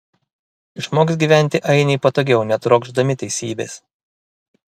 išmoks gyventi ainiai patogiau netrokšdami teisybės